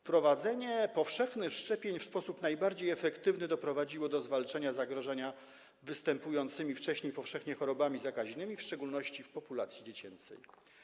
Wprowadzenie powszechnych szczepień w sposób najbardziej efektywny doprowadziło do zwalczenia zagrożenia występującymi wcześniej powszechnie chorobami zakaźnymi, w szczególności w populacji dziecięcej.